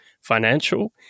financial